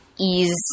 ease